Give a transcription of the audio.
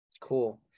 Cool